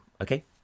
okay